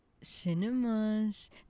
Cinemas